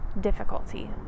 difficulty